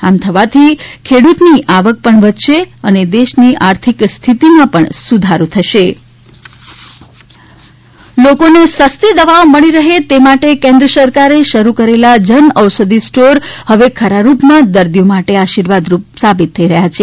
આમ થવાથી ખેડૂતની આવક પણ વધશે અને દેશની આર્થિક સ્થિતિ પણ સુધારો થશે લોકોને સસ્તી દવાઓ મળી રહે તે માટે કેન્દ્ર સરકારે શરૂ કરેલા જન ઔષધી સ્ટોર હવે ખરા રૂપમાં દર્દીઓ માટે આશીર્વાદ રૂપ સાબિત થઈ રહ્યા છે